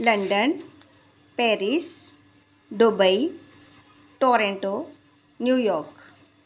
London Paris Dubai Toronto New York